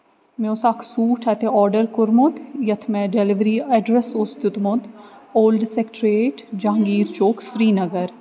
مےٚ اوس اکھ سوٗٹ اَتہِ آرڈر کوٚرُمُت یَتھ مےٚ ڈٮ۪لؤری اٮ۪ڈرَس اوس دیُتمُت اولڈ سٮ۪کٹرٛیٹ جہانگیٖر چوک سِری نَگر